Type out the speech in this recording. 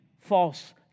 false